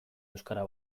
euskara